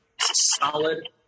solid